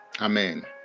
amen